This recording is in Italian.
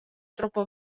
troppo